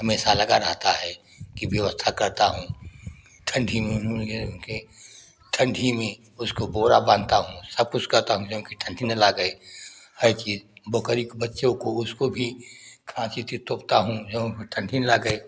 हमेशा लगा रहता है कि व्यवस्था करता हूँ ठंढी में उनके ठंढी में उसको बोरा बांधता हूँ सब कुछ करता हूँ जऊन कि ठंढी न लगे हर चीज़ बकरी के बच्चे को उसको भी खाँसी से तोपता हूँ जऊन कि ठंढी न लगे